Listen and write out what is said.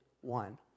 one